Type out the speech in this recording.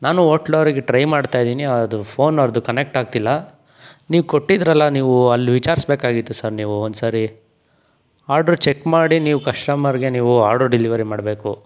ನಾನೂ ಓಟ್ಲವ್ರಿಗೆ ಟ್ರೈ ಮಾಡ್ತಾ ಇದ್ದೀನಿ ಅದು ಫೋನ್ ಅವ್ರದ್ದು ಕನೆಕ್ಟ್ ಆಗ್ತಿಲ್ಲ ನೀವು ಕೊಟ್ಟಿದ್ದಿರಲ್ಲ ನೀವು ಅಲ್ಲಿ ವಿಚಾರಿಸ್ಬೇಕಾಗಿತ್ತು ಸರ್ ನೀವು ಒಂದು ಸಾರಿ ಆಡ್ರು ಚೆಕ್ ಮಾಡಿ ನೀವು ಕಷ್ಟಮರ್ಗೆ ನೀವು ಆರ್ಡರ್ ಡಿಲಿವರಿ ಮಾಡಬೇಕು